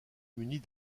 munies